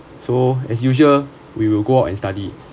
so as usual we will go out and study